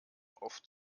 oft